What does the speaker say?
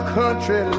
country